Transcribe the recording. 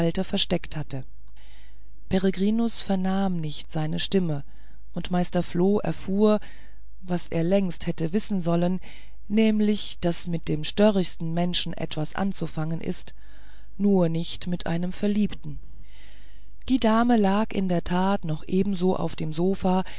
versteckt hatte peregrinus vernahm nicht seine stimme und meister floh erfuhr was er längst hätte wissen sollen nämlich daß mit dem störrigsten menschen etwas anzufangen ist nur nicht mit einem verliebten die dame lag in der tat noch ebenso auf dem sofa